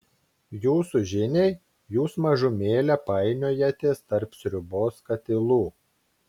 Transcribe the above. jūsų žiniai jūs mažumėlę painiojatės tarp sriubos katilų